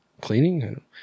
cleaning